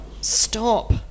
Stop